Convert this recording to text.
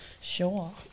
Sure